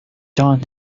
john